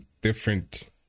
different